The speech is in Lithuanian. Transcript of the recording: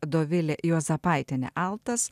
dovilė juozapaitienė altas